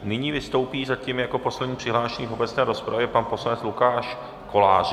Nyní vystoupí zatím jako poslední přihlášený v obecné rozpravě poslanec Lukáš Kolářík.